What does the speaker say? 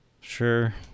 sure